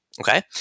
Okay